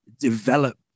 develop